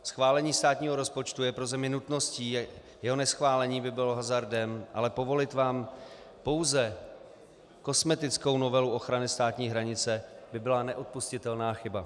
Schválení státního rozpočtu je pro zemi nutností, jeho neschválení by bylo hazardem, ale povolit vám pouze kosmetickou novelu ochrany státní hranice by byla neodpustitelná chyba.